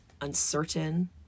uncertain